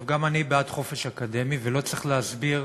גם אני בעד חופש אקדמי, ולא צריך להסביר